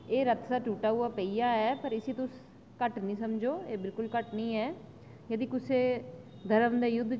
एह् रथ दा टूटा हुआ पहिया ऐ पर इसी तुस घट्ट निं समझेओ एह् बिल्कुल घट्ट निं ऐ यदि कुसै धर्म दे युद्ध च